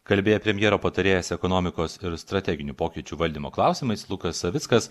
kalbėjo premjero patarėjas ekonomikos ir strateginių pokyčių valdymo klausimais lukas savickas